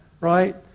right